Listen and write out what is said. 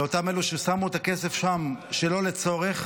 לאותם אלו ששמו את הכסף שם שלא לצורך.